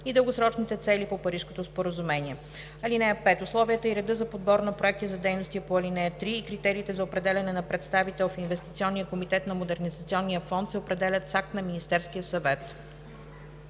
и дългосрочните цели по Парижкото споразумение. (5) Условията и реда за подбор на проекти за дейности по ал. 3 и критериите за определяне на представител в Инвестиционния комитет на Модернизационния фонд се определят с акт на Министерския съвет.“